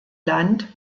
land